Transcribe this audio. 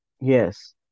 Yes